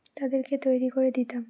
তাদেরকে তৈরি করে দিতাম